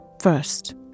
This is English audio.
first